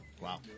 Wow